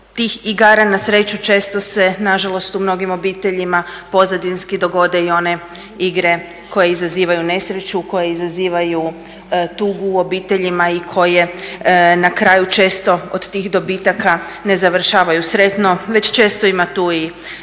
na sreću često se nažalost u mnogim obiteljima pozadinski dogode i one igre koje izazivaju nesreću, koje izazivaju tugu u obiteljima i koje na kraju često od tih dobitaka ne završavaju sretno već često ima tu i raznih